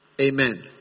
Amen